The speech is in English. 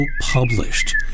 published